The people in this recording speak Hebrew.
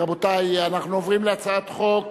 רבותי, אנחנו עוברים להצעת חוק